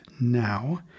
now